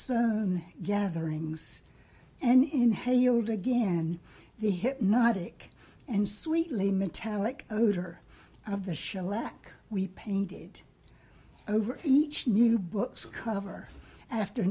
s gatherings and inhaled again the hypnotic and sweetly metallic odor of the show lack we painted over each new books cover after